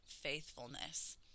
faithfulness